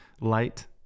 Light